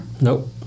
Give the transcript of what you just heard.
Nope